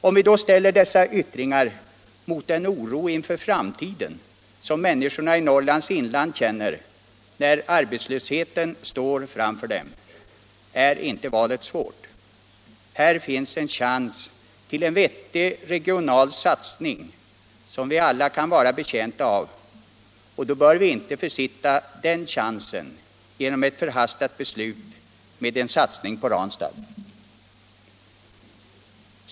Om vi då ställer dessa yttringar mot den oro inför framtiden som människorna i Norrlands inland känner när arbetslösheten står framför dem, är inte valet svårt. Här finns en chans till en vettig regional satsning, som alla kan vara betjänta av. Vi bör inte försitta den chansen genom ett förhastat beslut om en satsning på Ranstad.